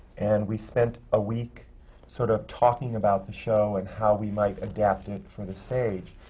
and we spent a week sort of talking about the show and how we might adapt it for the stage.